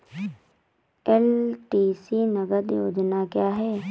LTC नगद योजना क्या है?